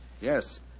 yes